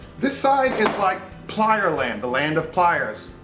this side is like plier land, the land of pliers.